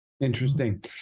Interesting